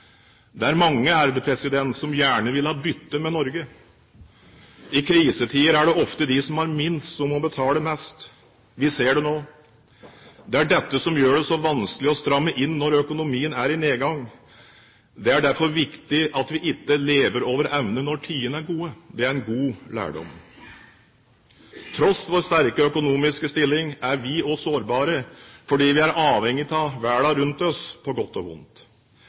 Det er mange som gjerne ville ha byttet med Norge. I krisetider er det ofte de som har minst, som må betale mest. Vi ser det nå. Det er dette som gjør det så vanskelig å stramme inn når økonomien er i nedgang. Det er derfor viktig at vi ikke lever over evne når tidene er gode. Det er en god lærdom. Til tross for vår sterke økonomiske stilling er vi også sårbare, fordi vi er avhengig av verden rundt oss på godt og vondt.